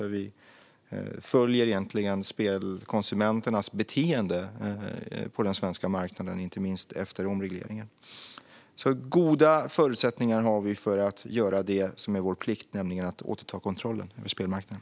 Där följer vi egentligen spelkonsumenternas beteenden på den svenska marknaden, inte minst efter omregleringen. Vi har alltså goda förutsättningar för att göra det som är vår plikt: att återta kontrollen över spelmarknaden.